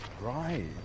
Right